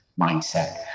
mindset